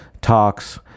talks